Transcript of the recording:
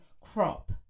Crop